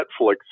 Netflix